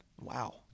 wow